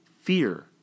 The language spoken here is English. Fear